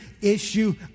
issue